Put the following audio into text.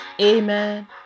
Amen